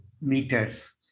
meters